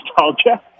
nostalgia